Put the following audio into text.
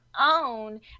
own